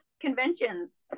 conventions